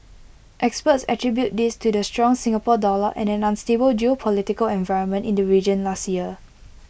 experts attribute this to the strong Singapore dollar and an unstable geopolitical environment in the region last year